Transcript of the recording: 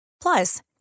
Plus